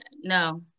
No